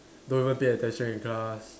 don't even pay attention in class